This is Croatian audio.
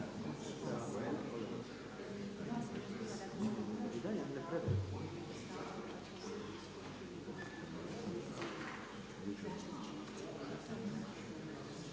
Hvala vam.